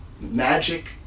magic